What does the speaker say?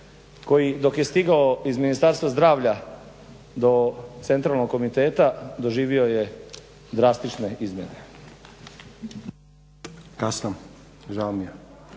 koji dok je stigao iz Ministarstva zdravlja do centralnog komiteta doživio je drastične izmjene.